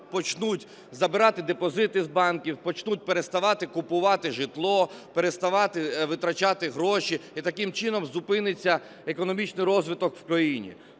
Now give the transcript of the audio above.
почнуть забирати депозити з банків, почнуть переставати купувати житло, переставати витрачати гроші, і таким чином зупиниться економічний розвиток в країні.